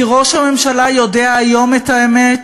כי ראש הממשלה יודע היום את האמת,